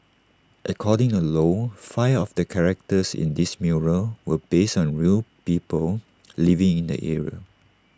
according to low five of the characters in this mural were based on real people living in the area